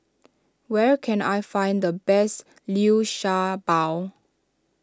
where can I find the best Liu Sha Bao